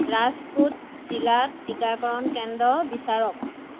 ৰাজকোট জিলাত টীকাকৰণ কেন্দ্ৰ বিচাৰক